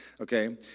okay